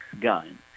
gun